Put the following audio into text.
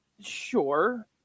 Sure